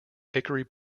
hickory